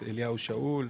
את אליהו שאול,